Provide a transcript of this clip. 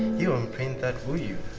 print that would you,